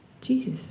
Jesus